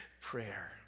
Prayer